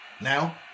Now